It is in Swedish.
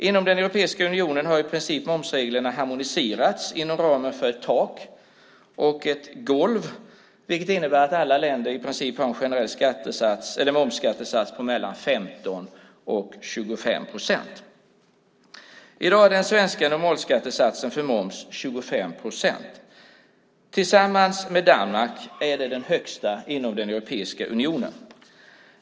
Inom Europeiska unionen har momsreglerna i princip harmoniserats inom ramen för ett tak och ett golv, vilket innebär att alla länder i princip har en generell momsskattesats på 15-25 procent. I dag är den svenska normalskattesatsen för moms 25 procent. Tillsammans med Danmark ligger vi där högst inom Europeiska unionen.